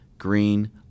Green